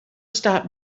stop